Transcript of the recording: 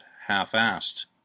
half-assed